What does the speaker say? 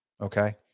okay